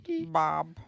Bob